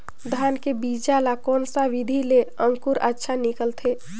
धान के बीजा ला कोन सा विधि ले अंकुर अच्छा निकलथे?